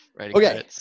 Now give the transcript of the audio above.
okay